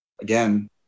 again